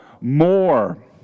more